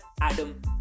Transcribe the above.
Adam